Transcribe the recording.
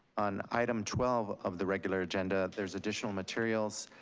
on item twelve of the regular agenda, there's additional materials,